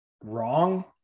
wrong